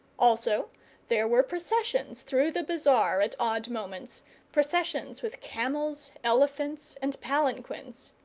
also there were processions through the bazaar at odd moments processions with camels, elephants, and palanquins.